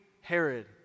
Herod